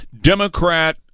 Democrat